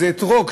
איזה אתרוג,